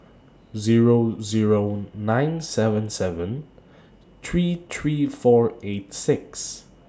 Zero Zero nine seven seven three three four eight six